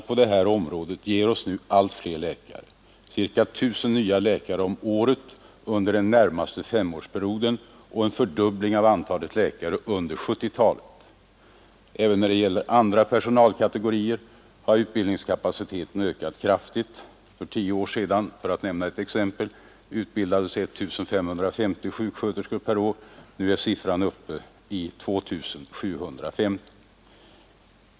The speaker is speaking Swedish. Våra insatser där ger oss nu omkring 1 000 nya läkare om året under den närmaste femårsperioden och en fördubbling av antalet läkare under 1970-talet. Även när det gäller andra personalkategorier har utbildningskapaciteten ökats kraftigt. För tio år sedan — för att nämna ett exempel — utbildades 1550 sjuksköterskor per år; nu är siffran uppe i 2 750.